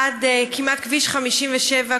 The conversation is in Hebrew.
עד כמעט כביש 57,